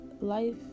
life